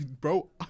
bro